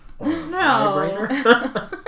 No